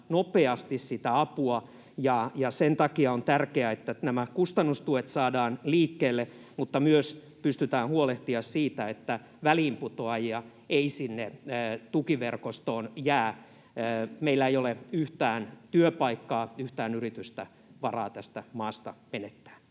nopeasti sitä apua. Sen takia on tärkeää, että nämä kustannustuet saadaan liikkeelle mutta myös pystytään huolehtimaan siitä, että väliinputoajia ei sinne tukiverkostoon jää. Meillä ei ole yhtään työpaikkaa, yhtään yritystä varaa tästä maasta menettää.